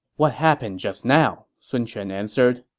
what happened just now, sun quan answered.